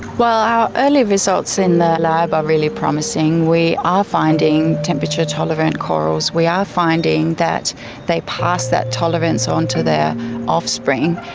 well, our early results in the lab are really promising. we are finding temperature tolerant corals, we are finding that they pass that tolerance onto their offspring.